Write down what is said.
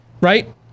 right